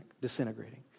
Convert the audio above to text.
disintegrating